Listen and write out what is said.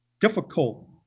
difficult